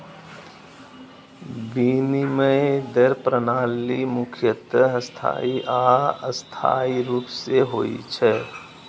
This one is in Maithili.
विनिमय दर प्रणाली मुख्यतः स्थायी आ अस्थायी रूप मे होइ छै